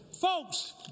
Folks